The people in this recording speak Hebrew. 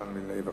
מתן וילנאי,